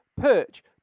Perch